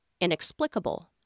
inexplicable